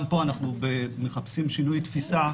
גם פה אנחנו מחפשים שינוי תפיסה.